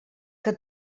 que